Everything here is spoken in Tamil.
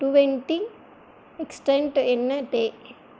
டுவெண்ட்டி நெக்ஸ்ட் டைம் என்ன டே